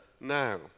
now